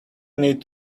need